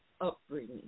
upbringing